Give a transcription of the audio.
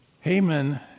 Haman